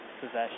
possession